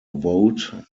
vote